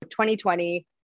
2020